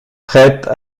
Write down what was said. prêtes